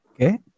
Okay